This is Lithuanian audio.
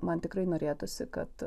man tikrai norėtųsi kad